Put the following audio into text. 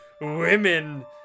women